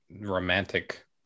romantic